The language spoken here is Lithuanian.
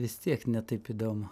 vis tiek ne taip įdomu